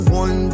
one